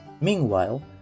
meanwhile